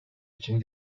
için